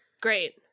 Great